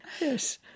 Yes